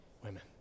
Women